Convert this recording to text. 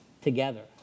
together